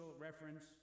reference